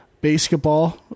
Basketball